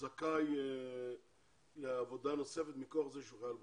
זכאי לעבודה נוספת מכוח זה שהוא חייל בודד.